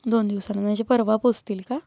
दोन दिवसानं म्हणजे परवा पोचतील का